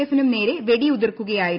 F നും നേരെ വെടിയുതിർക്കുകയായിരുന്നു